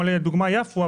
למשל יפו,